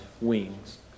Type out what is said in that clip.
wings